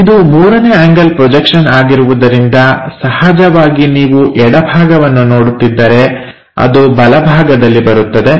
ಇದು ಮೊದಲನೇ angle projection ಆಗಿರುವುದರಿಂದ ಸಹಜವಾಗಿ ನೀವು ಎಡಭಾಗವನ್ನು ನೋಡುತ್ತಿದ್ದರೆ ಅದು ಬಲಭಾಗದಲ್ಲಿ ಬರುತ್ತದೆ